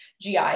GI